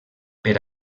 per